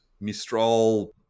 Mistral